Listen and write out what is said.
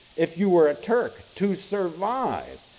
if you were a turk, to survive,